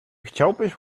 chciałabyś